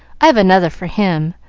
i've another for him,